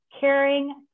caring